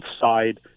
side